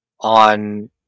on